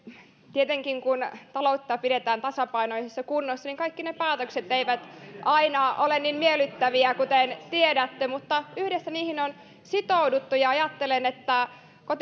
tietenkin kun taloutta pidetään tasapainoisessa kunnossa niin kaikki ne päätökset eivät aina ole niin miellyttäviä kuten tiedätte mutta yhdessä niihin on sitouduttu ajattelen että